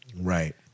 Right